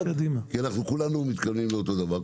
כי אנחנו כולנו מתכוונים לאותו דבר.